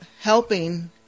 helping